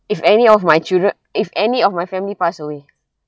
if any of my children if any of my family pass away